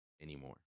anymore